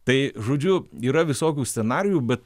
tai žodžiu yra visokių scenarijų bet